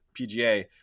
pga